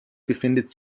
befindet